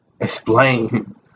explain